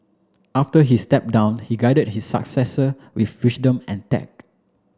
after he step down he guided his successor with and tact